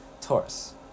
Taurus